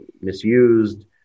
misused